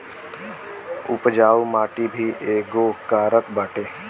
उपजाऊ माटी भी एगो कारक बाटे